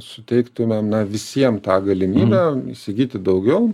suteiktume visiem tą galimybę įsigyti daugiau